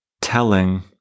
telling